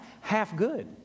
half-good